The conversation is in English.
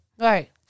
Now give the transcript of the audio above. Right